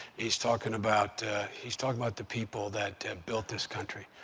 he's talking about he's talking about the people that have built this country.